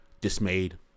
dismayed